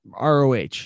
ROH